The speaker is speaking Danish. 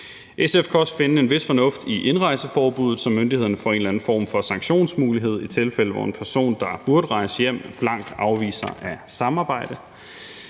også finde en vis fornuft i indrejseforbuddet, så myndighederne får en eller anden form for sanktionsmulighed i tilfælde, hvor en person, der burde rejse hjem, blankt afviser at samarbejde.